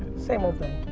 same old thing.